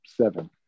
seven